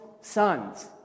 sons